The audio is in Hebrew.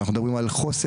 אני מדבר על חוסן,